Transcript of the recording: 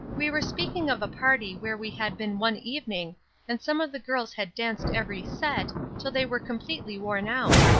we were speaking of a party where we had been one evening and some of the girls had danced every set, till they were completely worn out.